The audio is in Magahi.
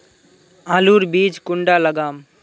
आलूर बीज कुंडा लगाम?